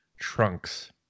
Trunks